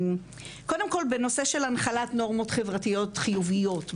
בנושא של הנחלת נורמות חברתיות חיוביות,